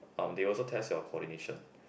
or they also test your coordination